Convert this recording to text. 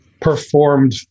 performed